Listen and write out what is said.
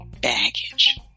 baggage